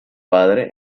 padre